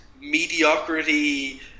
mediocrity